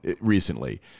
recently